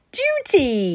duty